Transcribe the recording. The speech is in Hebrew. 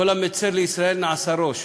כל המצר לישראל נעשה ראש.